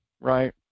right